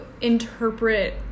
interpret